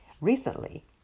Recently